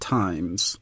times